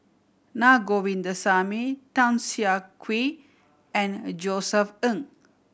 Naa Govindasamy Tan Siah Kwee and Josef Ng